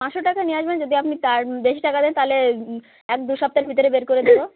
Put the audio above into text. পাঁচশো টাকা নিয়ে আসবেন যদি আপনি তার বেশি টাকা দেন তাহলে এক দু সপ্তাহের ভিতরে বের করে দেবো